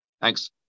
Thanks